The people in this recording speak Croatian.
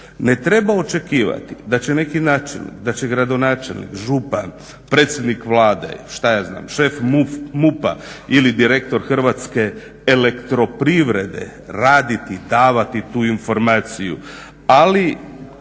Ne treba očekivati da će na neki način da će gradonačelnik, župan, predsjednik Vlade šta ja znam šef MUP-a ili direktor HEP-a raditi i davati tu informaciju ali